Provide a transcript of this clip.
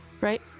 Right